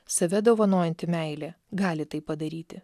save dovanojanti meilė gali tai padaryti